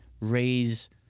raise